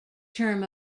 term